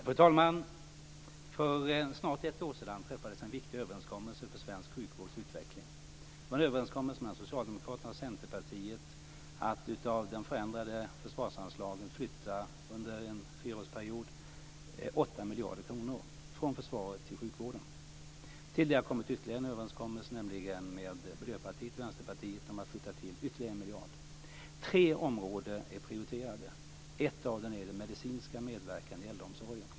Fru talman! För snart ett år sedan träffades en viktig överenskommelse för svensk sjukvårds utveckling. Det var en överenskommelse mellan Socialdemokraterna och Centerpartiet att av de förändrade försvarsanslagen under en fyraårsperiod flytta 8 miljarder kronor från försvaret till sjukvården. Till det har kommit ytterligare en överenskommelse, nämligen med Miljöpartiet och Vänsterpartiet, om att skjuta till ytterligare en miljard. Tre områden är prioriterade. Ett av dem är den medicinska medverkan i äldreomsorgen.